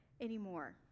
anymore